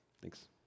Thanks